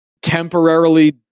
temporarily